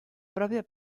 propria